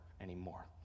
anymore